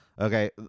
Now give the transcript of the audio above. Okay